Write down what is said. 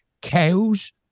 cows